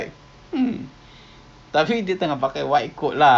lagi more reason lah takde lah takde lah J_K